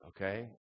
okay